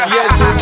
Yes